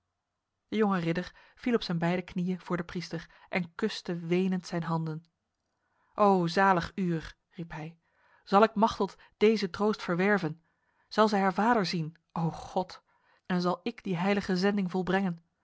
jonge ridder viel op zijn beide knieën voor de priester en kuste wenend zijn handen o zalig uur riep hij zal ik machteld deze troost verwerven zal zij haar vader zien o god en zal ik die heilige zending volbrengen